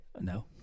No